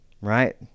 Right